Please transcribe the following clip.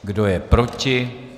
Kdo je proti?